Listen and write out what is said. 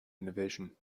innovation